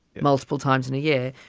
multiple times in a year.